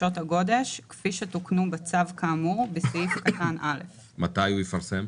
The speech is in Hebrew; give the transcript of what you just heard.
ושעות הגודש כפי שתוקנו בצו כאמור בסעיף קטן (א)." מתי הוא יפרסם?